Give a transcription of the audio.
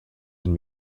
can